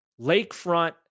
Lakefront